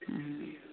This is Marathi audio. हं हं